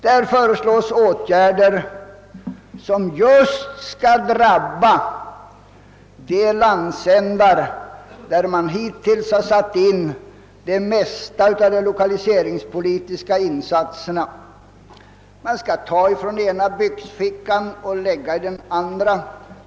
Där föreslås åtgärder som skulle drabba just de landsändar där man hittills har satt in större delen av de «lokaliseringspolitiska insatserna. Man skall ta från den ena byxfickan och lägga i den andra.